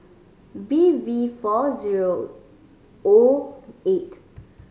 B V four zero O eight